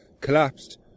collapsed